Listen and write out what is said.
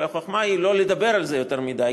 אבל החוכמה היא לא לדבר על זה יותר מדי,